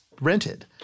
rented